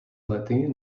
lety